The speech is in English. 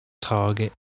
target